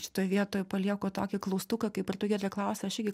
šitoj vietoj palieku tokį klaustuką kaip ir tu giedre klausei aš irgi